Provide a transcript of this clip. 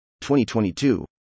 2022